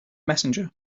messenger